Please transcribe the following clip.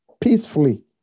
peacefully